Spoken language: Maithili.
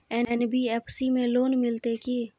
एन.बी.एफ.सी में लोन मिलते की?